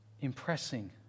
impressing